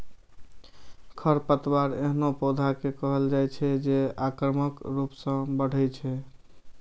खरपतवार एहनो पौधा कें कहल जाइ छै, जे आक्रामक रूप सं बढ़ै छै